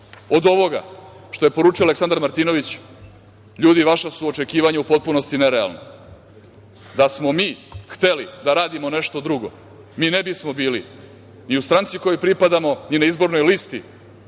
od ovoga što je poručio Aleksandar Martinović, ljudi vaša su očekivanja u potpunosti nerealna. Da smo mi hteli da radimo nešto drugo, mi ne bismo bili ni u stranci kojoj pripadamo, ni na izbornoj listi